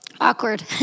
awkward